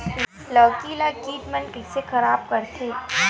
लौकी ला कीट मन कइसे खराब करथे?